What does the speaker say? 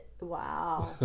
Wow